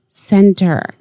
center